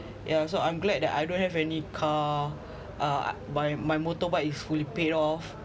yeah so I'm glad that I don't have any car uh my my motorbike is fully paid off